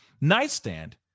nightstand